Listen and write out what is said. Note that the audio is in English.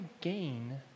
gain